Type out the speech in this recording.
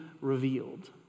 revealed